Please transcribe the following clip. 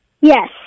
Yes